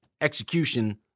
execution